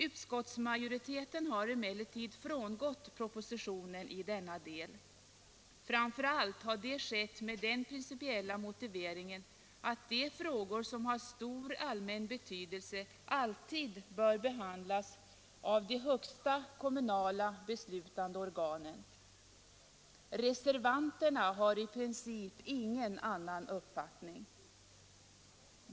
Utskottsmajoriteten har emellertid frångått propositionen i denna del. Framför allt har det skett med den principiella motiveringen att de frågor som har stor allmän betydelse alltid bör behandlas av de högsta kommunala beslutande organen. Reservanterna har i princip ingen annan uppfattning.